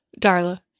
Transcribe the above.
Darla